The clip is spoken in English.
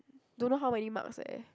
don't know how many marks eh